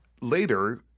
later